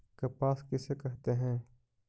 कपास किसे कहते हैं?